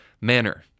manner